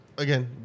again